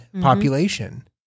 population